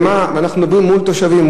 ואנחנו מדברים מול תושבים,